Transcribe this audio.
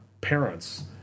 parents